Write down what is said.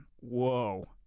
Whoa